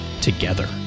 together